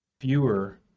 fewer